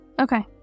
Okay